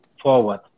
forward